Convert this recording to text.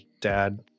dad